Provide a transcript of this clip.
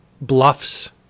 bluffs